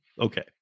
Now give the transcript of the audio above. Okay